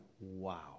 wow